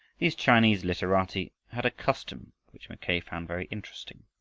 these chinese literati had a custom which mackay found very interesting.